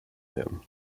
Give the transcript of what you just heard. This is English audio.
him